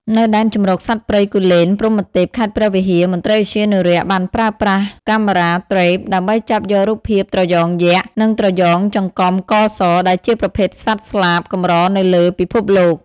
នៅ ដែនជម្រកសត្វព្រៃគូលែនព្រហ្មទេព ខេត្តព្រះវិហារ មន្ត្រីឧទ្យានុរក្សបានប្រើប្រាស់ Camera Trap ដើម្បីចាប់យករូបភាពត្រយ៉ងយក្ស និងត្រយ៉ងចង្កំកស ដែលជាប្រភេទសត្វស្លាបកម្រនៅលើពិភពលោក។